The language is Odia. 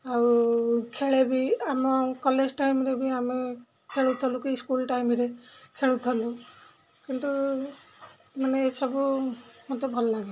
ଆଉ ଖେଳେ ବି ଆମ କଲେଜ୍ ଟାଇମ୍ରେ ବି ଆମେ ଖେଳୁଥିଲୁ କି ସ୍କୁଲ୍ ଟାଇମ୍ରେ ଖେଳୁଥୁଲୁ କିନ୍ତୁ ମାନେ ଏସବୁ ମୋତେ ଭଲ ଲାଗେ